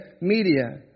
media